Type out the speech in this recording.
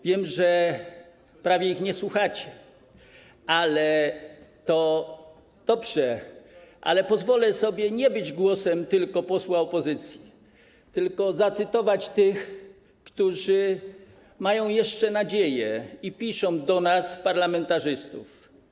Wiem, że prawie ich nie słuchacie, dobrze, ale pozwolę sobie nie być głosem tylko posła opozycji, lecz zacytuję tych, którzy mają jeszcze nadzieję i piszą do nas, parlamentarzystów.